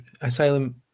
asylum